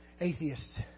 atheists